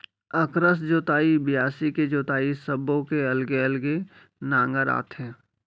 अकरस जोतई, बियासी के जोतई सब्बो के अलगे अलगे नांगर आथे